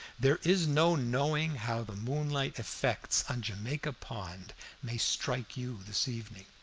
there is no knowing how the moonlight effects on jamaica pond may strike you this evening.